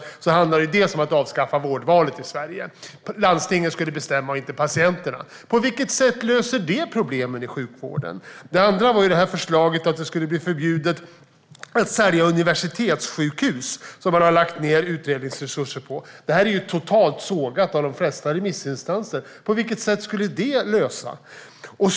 Det första handlade om att avskaffa vårdvalet i Sverige. Landstingen skulle bestämma, inte patienterna. På vilket sätt löser det problemen i sjukvården? Det andra var förslaget om att det skulle bli förbjudet att sälja universitetssjukhus, som man har lagt ned utredningsresurser på. Detta förslag har blivit totalsågat av de flesta remissinstanser. På vilket sätt skulle det lösa problemen?